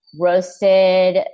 Roasted